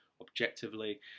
objectively